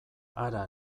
hara